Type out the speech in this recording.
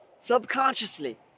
Subconsciously